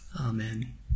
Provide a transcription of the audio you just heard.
Amen